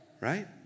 right